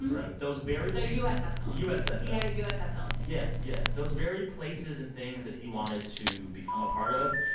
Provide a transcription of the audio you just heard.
right those very. the but usfl usfl he had a usfl team yeah, yeah. those very places and things that he wanted to become a part of,